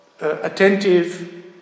attentive